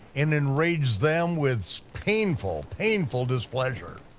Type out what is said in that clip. and enrage them with painful, painful displeasure.